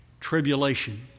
tribulation